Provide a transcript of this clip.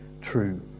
true